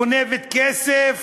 גונבת כסף,